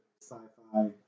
sci-fi